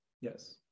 Yes